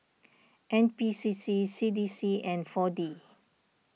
N P C C C D C and four D